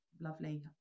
lovely